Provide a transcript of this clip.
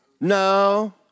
No